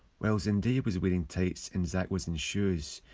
while zendaya was wearing tights and zac was in shoes,